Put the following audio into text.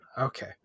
Okay